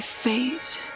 fate